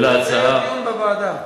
תקיים דיון בוועדה.